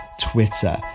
Twitter